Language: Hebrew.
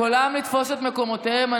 כולם לתפוס את מקומותיהם.